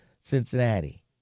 Cincinnati